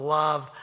love